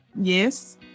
Yes